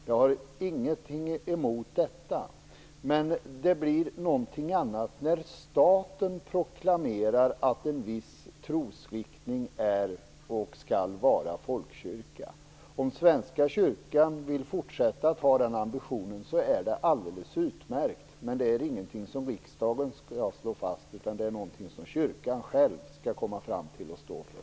Jag har ingenting emot detta, men det blir någonting annat när staten proklamerar att en viss trosriktning är och skall vara det som är folkkyrka. Om Svenska kyrkan vill fortsätta att ha den ambitionen är det alldeles utmärkt, men det är ingenting som riksdagen skall slå fast utan någonting som Svenska kyrkan själv skall komma fram till och stå för.